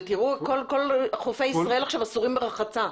כול חופי ישראל עכשיו אסורים ברחצה.